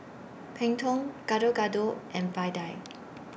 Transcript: Png Tao Gado Gado and Vadai